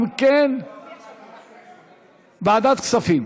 לוועדת העבודה והרווחה, אם כן, ועדת הכספים.